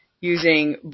using